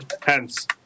Hence